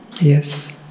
Yes